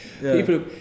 People